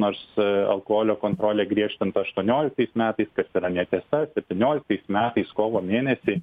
nors alkoholio kontrolė griežtinta aštuonioliktais metais yra netiesa septynioliktais metais kovo mėnesį